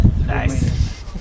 Nice